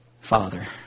Father